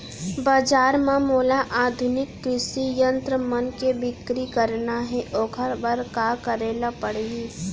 बजार म मोला आधुनिक कृषि यंत्र मन के बिक्री करना हे ओखर बर का करे ल पड़ही?